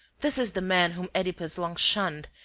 this is the man whom oedipus long shunned,